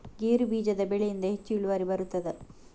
ಗೇರು ಬೀಜದ ಬೆಳೆಯಿಂದ ಹೆಚ್ಚು ಇಳುವರಿ ಬರುತ್ತದಾ?